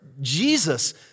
Jesus